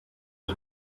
and